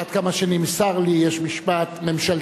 עד כמה שנמסר לי, יש משמעת ממשלתית.